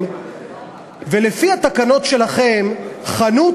בנס-ציונה חנות